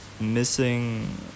missing